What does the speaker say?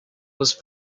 was